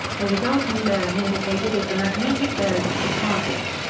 the resulting bearing indicated is the magnetic bearing to the target.